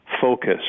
focus